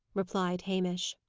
replied hamish.